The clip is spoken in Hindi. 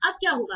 अब क्या होगा